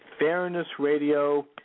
fairnessradio